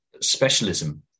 specialism